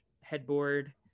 headboard